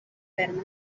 berna